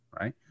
Right